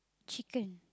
chicken